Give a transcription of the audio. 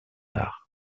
art